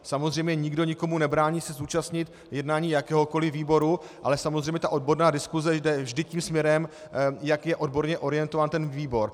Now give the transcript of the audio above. Samozřejmě nikdo nikomu nebrání se zúčastnit jednání jakéhokoliv výboru, ale samozřejmě odborná diskuse jde vždy tím směrem, jak je odborně orientován ten výbor.